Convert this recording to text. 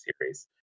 series